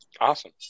Awesome